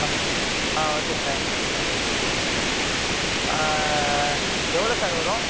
ஆ okay sir எவ்வளோ sir வரும்